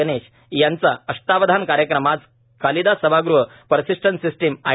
गणेश यांचा अष्टावधान कार्यक्रम आज कालिदास सभागृह पर्सिस्टन्ट सिस्टीम आय